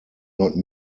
not